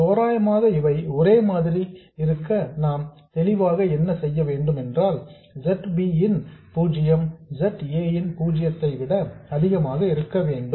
ஆகவே தோராயமாக இவை ஒரே மாதிரி இருக்க நாம் தெளிவாக என்ன செய்ய வேண்டும் என்றால் Z b இன் பூஜ்ஜியம் Z a பூஜ்ஜியத்தை விட அதிகமாக இருக்க வேண்டும்